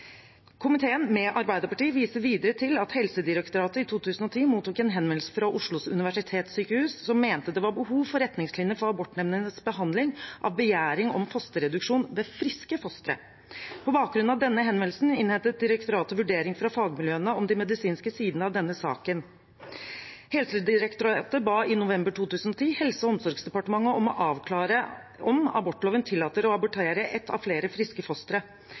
med Arbeiderpartiet – «viser videre til at Helsedirektoratet i 2010 mottok en henvendelse fra Oslo universitetssykehus som mente det var behov for retningslinjer for abortnemndenes behandling av begjæring om fosterreduksjon ved friske fostre. På bakgrunn av denne henvendelsen innhentet direktoratet vurdering fra fagmiljøene om de medisinske sidene ved denne saken». Og videre: «Helsedirektoratet ba i november 2010 Helse- og omsorgsdepartementet om å avklare om abortloven tillater å abortere ett av flere friske